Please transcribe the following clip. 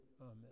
Amen